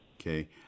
Okay